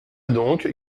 donc